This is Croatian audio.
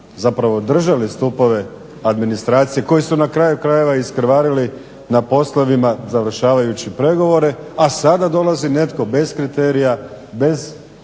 godinama držali stupove administracije, koji su na kraju krajeva iskrvarili na poslovima završavajući pregovore. A sada dolazi netko bez kriterija, bez